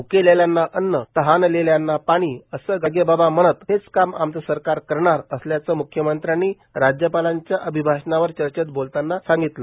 भकेलेल्यांना अन्न तहाणलेल्यांना पाणी असे गाडगेंबाबा म्हणत हेच काम आमचं सरकार करणार असल्याचं मुख्यमंत्र्यानी राज्यपालांच्या अभिभाषनावर चर्चेत बोलतांना सांगितलं